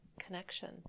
connection